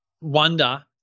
wonder